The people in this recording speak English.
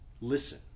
listen